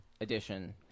edition